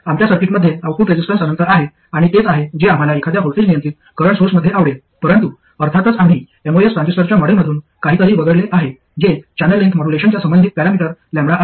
आमच्या सर्किटमध्ये output resistance अनंत आहे आणि तेच आहे जे आम्हाला एखाद्या व्होल्टेज नियंत्रित करंट सोर्समध्ये आवडेल परंतु अर्थातच आम्ही एमओएस ट्रान्झिस्टरच्या मॉडेलमधून काहीतरी वगळले आहे जे चॅनेल लेन्थ मोड्यूलेशनच्या संबंधित पॅरामीटर लंबडा आहे